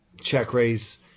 check-raise